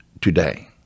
today